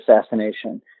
assassination